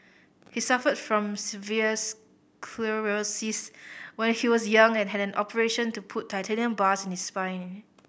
he suffered from severe sclerosis when he was young and had an operation to put titanium bars in his spine